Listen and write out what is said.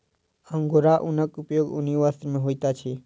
angora ऊनक उपयोग ऊनी वस्त्र में होइत अछि